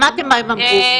שמעתם מה הם אמרו.